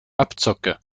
abzocke